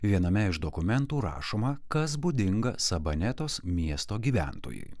viename iš dokumentų rašoma kas būdinga sabanetos miesto gyventojui